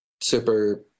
super